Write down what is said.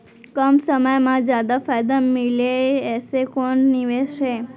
कम समय मा जादा फायदा मिलए ऐसे कोन निवेश हे?